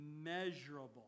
immeasurable